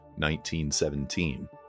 1917